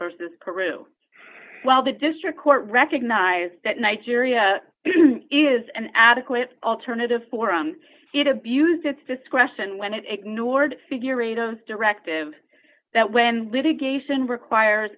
versus peru well the district court recognized that nigeria is an adequate alternative for um it abused its discretion when it ignored figure eight of directive that when litigation requires